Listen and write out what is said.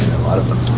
lot of them.